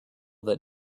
that